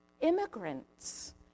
immigrants